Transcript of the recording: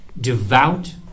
devout